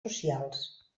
socials